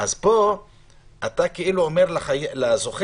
פה אתה כאילו אומר לזוכה: